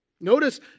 Notice